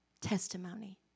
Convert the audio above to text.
testimony